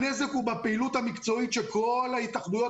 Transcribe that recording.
הנזק הוא בפעילות המקצועית שכל ההתאחדויות